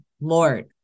Lord